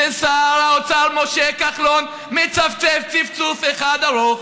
ושר האוצר משה כחלון מצפצף צפצוף אחד ארוך,